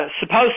supposed